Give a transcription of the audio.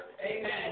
Amen